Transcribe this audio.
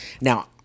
Now